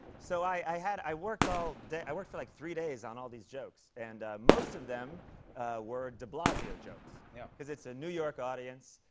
so i had i worked all day i worked for like three days on all these jokes, and most of them were de blasio jokes. yeah. because it's a new york audience,